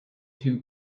two